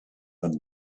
but